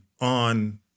on